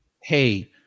Hey